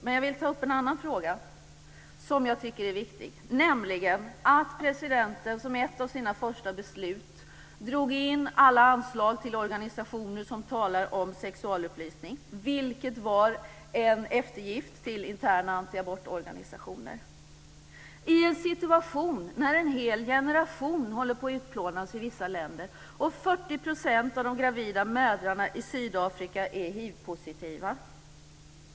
Men jag vill ta upp en annan fråga som jag tycker är viktig, nämligen att presidenten som ett av sina första beslut drog in alla anslag till organisationer som talar om sexualupplysning, vilket var en eftergift till interna antiabortorganisationer. Detta sker i en situation när en hel generation håller på att utplånas i vissa länder och 40 % av de gravida mödrarna i Sydafrika är hivpositiva.